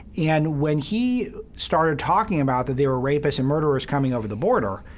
and when he started talking about that there were rapists and murderers coming over the border,